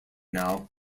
now